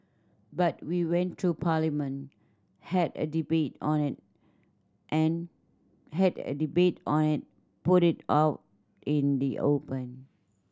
but we went through Parliament had a debate on it and had a debate on it put it out in the open